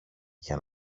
για